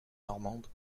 normande